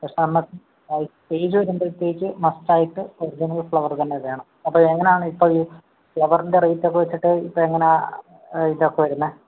പക്ഷേ നമുക്ക് ഈ സ്റ്റേജ് വരുമ്പഴത്തേക്ക് മസ്റ്റ് ആയിട്ട് ഒറിജിനൽ ഫ്ലവർ തന്നെ വേണം അപ്പോൾ എങ്ങനാന്ന് ഇപ്പോൾ ഈ ഫ്ലവറിൻ്റെ റേറ്റ് ഒക്കെ വെച്ചിട്ട് ഇപ്പം എങ്ങനെയാ ഇതൊക്കെ വരുന്നത്